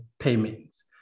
payments